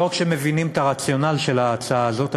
לא רק מבינים את הרציונל של ההצעה הזאת,